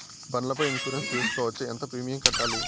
బండ్ల పై ఇన్సూరెన్సు సేసుకోవచ్చా? ఎంత ప్రీమియం కట్టాలి?